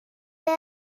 واست